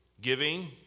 Giving